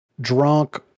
drunk